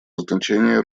значение